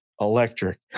electric